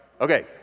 Okay